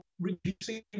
reducing